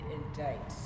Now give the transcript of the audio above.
indict